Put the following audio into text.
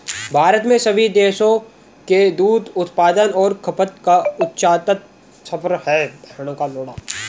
भारत में सभी देशों के दूध उत्पादन और खपत का उच्चतम स्तर है